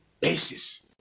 basis